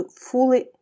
fully